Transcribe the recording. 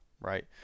right